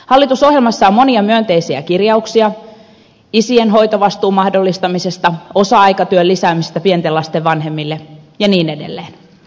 hallitusohjelmassa on monia myönteisiä kirjauksia isien hoitovastuun mahdollistamisesta osa aikatyön lisäämisestä pienten lasten vanhemmille ja niin edelleen